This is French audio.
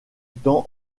temps